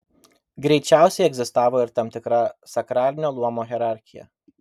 greičiausiai egzistavo ir tam tikra sakralinio luomo hierarchija